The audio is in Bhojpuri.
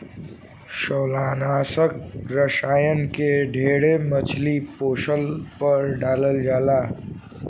शैवालनाशक रसायन के ढेर मछली पोसला पर डालल जाला